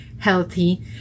healthy